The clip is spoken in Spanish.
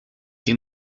que